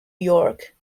york